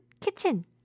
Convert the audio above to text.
kitchen